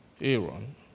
Aaron